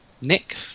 nick